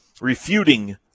Refuting